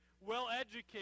well-educated